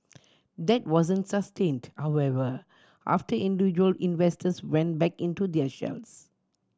that wasn't sustained however after individual investors went back into their shells